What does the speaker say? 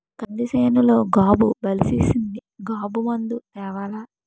కంది సేనులో గాబు బలిసీసింది గాబు మందు తేవాల